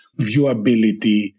viewability